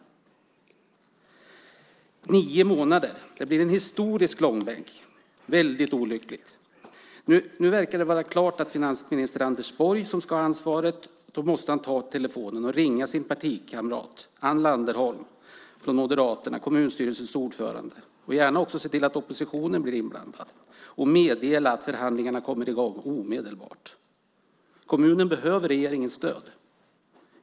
Nio månader blir en historisk långbänk. Det är väldigt olyckligt. Nu verkar det vara klart att det är finansminister Anders Borg som ska ha ansvaret. Då måste han ta telefonen och ringa sin partikamrat Ann Landerholm från Moderaterna, kommunstyrelsens ordförande, och gärna också se till att oppositionen blir inblandad, och meddela att förhandlingarna kommer i gång omedelbart. Kommunen behöver regeringens stöd.